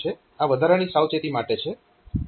આ વધારાની સાવચેતી માટે છે